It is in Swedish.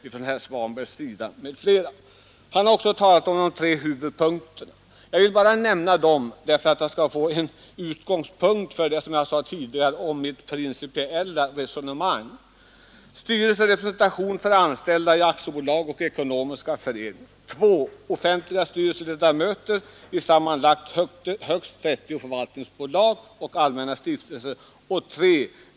Herr Svanberg har också talat om de tre huvudpunkterna, som jag nu bara vill nämna för att, som jag sade tidigare, få en utgångspunkt för mitt principiella resonemang. 3.